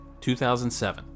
2007